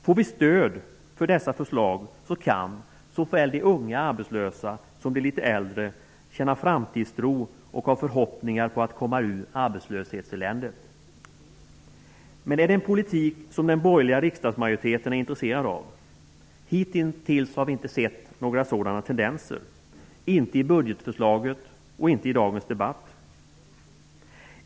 Får vi stöd för dessa förslag kan såväl de unga arbetslösa som de litet äldre känna framtidstro och hysa förhoppningar om att komma ur arbetslöshetseländet. Men är det en politik som den borgerliga riksdagsmajoriteten är intresserad av? Hittills har vi inte sett några sådana tendenser, varken i budgetförslaget eller under dagens debatt.